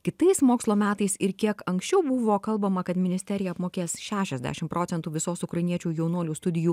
kitais mokslo metais ir kiek anksčiau buvo kalbama kad ministerija apmokės šešiasdešim procentų visos ukrainiečių jaunuolių studijų